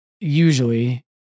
usually